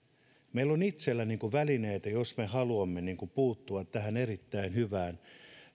meillä on itsellämme välineitä jos me haluamme puuttua tähän erittäin hyvään